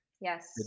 yes